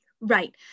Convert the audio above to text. Right